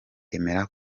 emera